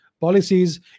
policies